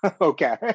Okay